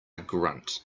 grunt